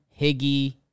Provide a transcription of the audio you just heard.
Higgy